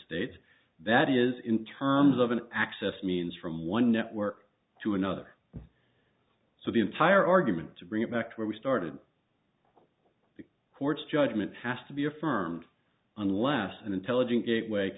states that is in terms of an access means from one network to another so the entire argument to bring it back to where we started the court's judgment has to be affirmed unless an intelligent gateway